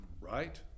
Right